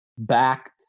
back